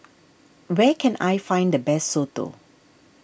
where can I find the best Soto